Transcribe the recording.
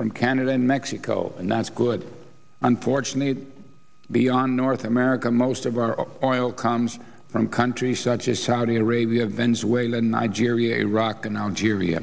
from canada and mexico and that's good unfortunately beyond north america most of our oil comes from countries such as saudi arabia venezuela nigeria iraq and around here the